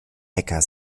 hacker